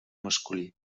masculí